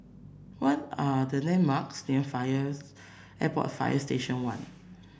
what are the landmarks near Fire Airport Fire Station One